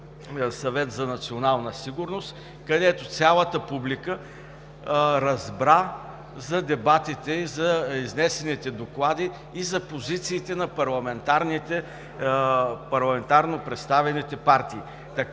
съвет за национална сигурност, където цялата публика разбра за дебатите, за изнесените доклади и за позициите на парламентарно представените партии.